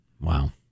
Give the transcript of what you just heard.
Wow